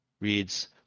reads